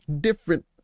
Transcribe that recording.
different